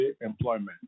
employment